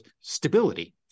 stability